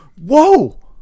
whoa